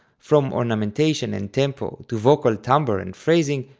from ornamentation and tempo to vocal timbre and phrasing,